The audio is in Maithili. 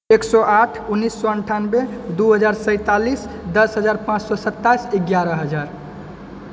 एक सौ आठ उन्नीस सए अनठानबे दू हजार सैतालिस दस हजार पाँच सए सत्ताइस इगारह हजार